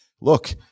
look